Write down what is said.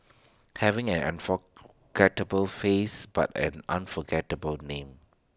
having an unforgettable face but A unforgettable name